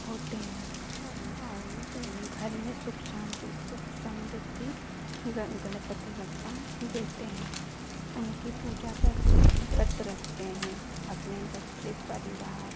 होते हैं और घर में सुख शांति सुख समृद्धि गणपति बप्पा देते हैं उनकी पूजा करते हैं व्रत रखते हैं अपने बच्चे परिवार